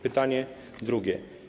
Pytanie drugie.